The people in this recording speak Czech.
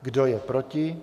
Kdo je proti?